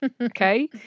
Okay